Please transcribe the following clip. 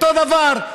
אותו דבר.